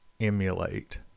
emulate